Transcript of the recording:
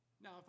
Now